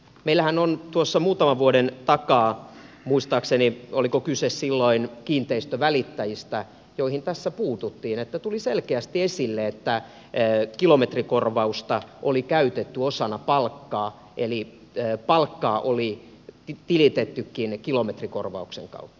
meillähän on tuosta muutaman vuoden takaa tapaus olikohan kyse silloin kiinteistönvälittäjistä johon puututtiin kun tuli selkeästi esille että kilometrikorvausta oli käytetty osana palkkaa eli palkkaa oli tilitettykin kilometrikorvauksen kautta